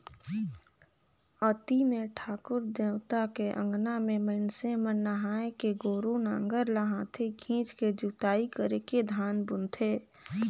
अक्ती मे ठाकुर देवता के अंगना में मइनसे मन नहायके गोरू नांगर ल हाथे खिंचके जोताई करके धान बुनथें